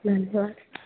धन्यवाद